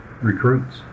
recruits